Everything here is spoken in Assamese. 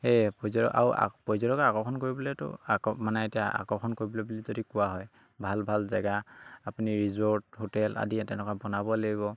সেয়ে পৰ্যটক আও আক্ পৰ্যটক আকৰ্ষণ কৰিবলৈতো আক মানে এতিয়া আকৰ্ষণ কৰিবলৈ বুলি যদি কোৱা হয় ভাল ভাল জেগা আপুনি ৰিজৰ্ট হোটেল আদি তেনেকুৱা বনাব লাগিব